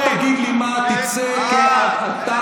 תקרא בפעם השנייה.